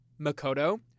Makoto